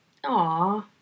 Aw